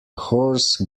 horse